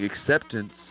acceptance